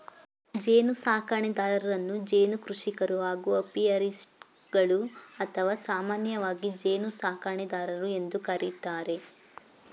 ಜೇನುಸಾಕಣೆದಾರರನ್ನು ಜೇನು ಕೃಷಿಕರು ಹಾಗೂ ಅಪಿಯಾರಿಸ್ಟ್ಗಳು ಅಥವಾ ಸಾಮಾನ್ಯವಾಗಿ ಜೇನುಸಾಕಣೆದಾರರು ಎಂದು ಕರಿತಾರೆ